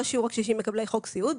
לא שיעור הקשישים מקבלי חוק סיעוד,